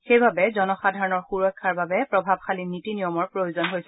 সেইবাবে জনসাধাৰণৰ সুৰক্ষাৰ বাবে প্ৰভাৱশালী নীতি নিয়মৰ প্ৰয়োজন হৈছে